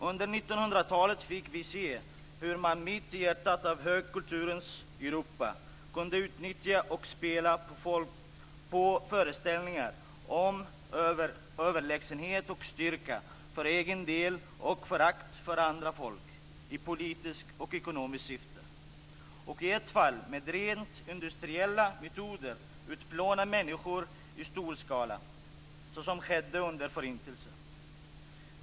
Under 1900-talet fick vi se hur man mitt i hjärtat av högkulturens Europa kunde utnyttja och spela på föreställningar om överlägsenhet och styrka för egen del och förakt för andra folk i politiskt och ekonomiskt syfte - och i ett fall med rent industriella metoder utplåna människor i stor skala, såsom skedde under Förintelsen.